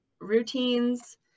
routines